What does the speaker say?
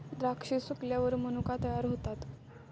द्राक्षे सुकल्यावर मनुका तयार होतात